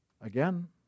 Again